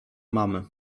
mamy